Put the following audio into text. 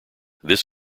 this